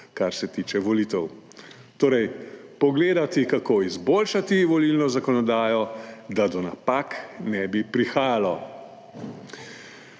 kar se tiče volitev. Torej pogledati, kako izboljšati volilno zakonodajo, da do napak ne bi prihajalo.